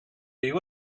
you